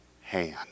hand